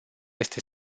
este